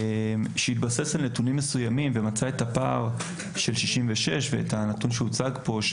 שהתבסס על נתונים מסוימים ומצא את הפער של 66 ואת הנתון שהוצג פה,